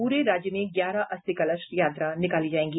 पूरे राज्य में ग्यारह अस्थि कलश यात्रा निकाली जायेगी